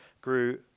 grew